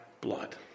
blood